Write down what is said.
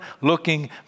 looking